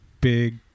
big